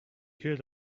heard